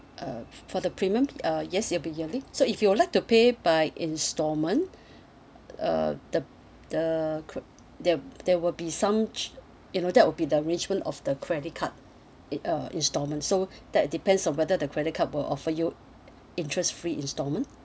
uh for the premium uh yes it'll be yearly so if you would like to pay by instalment uh the the cre~ there there will be some ch~ you know that will be the arrangement of the credit card in~ uh instalment so that depends on whether the credit card will offer you interest free instalment